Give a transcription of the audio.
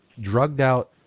drugged-out